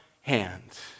hands